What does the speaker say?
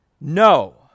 no